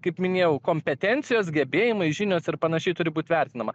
kaip minėjau kompetencijos gebėjimai žinios ir panašiai turi būt vertinama